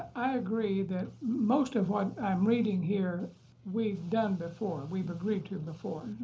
i agree that most of what i'm reading here we've done before, we've agreed to before.